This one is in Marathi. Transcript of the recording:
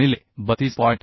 75 गुणिले 32